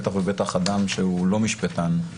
בטח ובטח אדם שהוא לא משפטן.